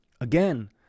again